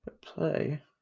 play